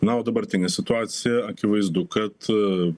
na o dabartinė situacija akivaizdu kad